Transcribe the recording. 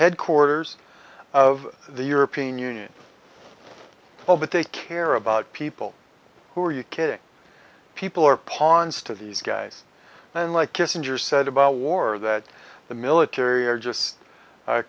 headquarters of the european union all but they care about people who are you kidding people are pawns to these guys and like kissinger said about war that the military are just